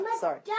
sorry